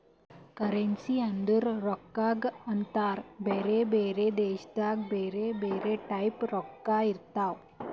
currency ಅಂದುರ್ ರೊಕ್ಕಾಗ ಅಂತಾರ್ ಬ್ಯಾರೆ ಬ್ಯಾರೆ ದೇಶದಾಗ್ ಬ್ಯಾರೆ ಬ್ಯಾರೆ ಟೈಪ್ ರೊಕ್ಕಾ ಇರ್ತಾವ್